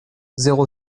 zéro